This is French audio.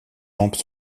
lampes